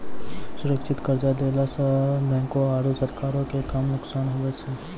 सुरक्षित कर्जा देला सं बैंको आरू सरकारो के कम नुकसान हुवै छै